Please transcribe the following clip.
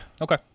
Okay